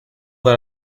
that